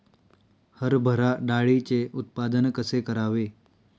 हरभरा डाळीचे उत्पादन कसे करावे?